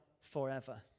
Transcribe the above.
forever